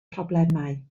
problemau